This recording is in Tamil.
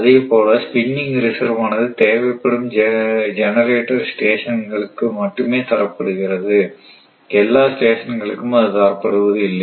அதேபோல் ஸ்பின்னிங் ரிசர்வ் ஆனது தேவைப்படும் ஜெனரேட்டர் ஸ்டேஷன்களுக்கு மட்டுமே தரப்படுகிறது எல்லா ஸ்டேஷன்களுக்கும் அது தரப்படுவது இல்லை